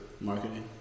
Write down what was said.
Marketing